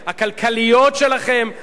הכלכליות שלכם,